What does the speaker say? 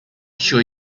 sure